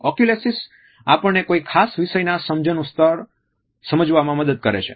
oculesics આપણને કોઈ ખાસ વિષયના સમજણનું સ્તર સમજવામાં મદદ કરે છે